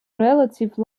relative